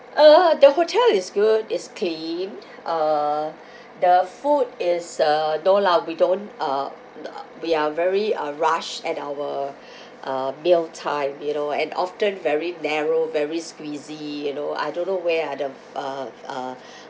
uh the hotel is good it's clean uh the food is uh no lah we don't uh we are very uh rushed at our uh meal time you know and often very narrow very squeezy you know I don't know where are the uh uh